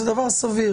זה דבר סביר.